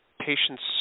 patients